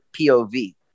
pov